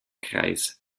kreis